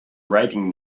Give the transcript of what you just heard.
writing